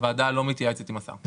הוועדה לא מתייעצת עם השר.